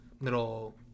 little